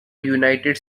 united